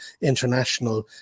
international